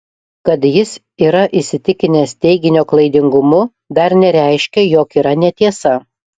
kad jis yra įsitikinęs teiginio klaidingumu dar nereiškia jog yra netiesa